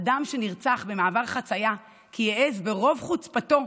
אדם שנרצח במעבר חציה כי העז "ברוב חוצפתו"